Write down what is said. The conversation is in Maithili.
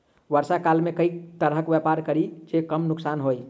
वर्षा काल मे केँ तरहक व्यापार करि जे कम नुकसान होइ?